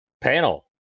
panel